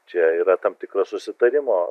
čia yra tam tikro susitarimo